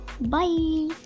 Bye